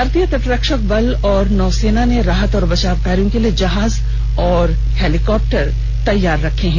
भारतीय तटरक्षक बल और नौसेना ने राहत और बचाव कार्यो के लिए जहाज और हेलिंकॉप्टर तैनात किए हैं